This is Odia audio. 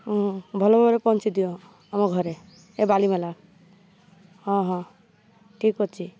ହଁ ଭଲ ଭାବରେ ପହଞ୍ଚାଇ ଦିଅ ଆମ ଘରେ ଏ ବାଲିମେଲା ହଁ ହଁ ଠିକ୍ ଅଛି